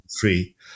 free